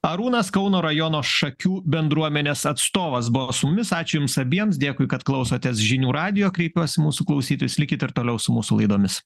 arūnas kauno rajono šakių bendruomenės atstovas buvo su jumis ačiū jums abiems dėkui kad klausotės žinių radijo kreipiuosi mūsų klausytis likit ir toliau su mūsų laidomis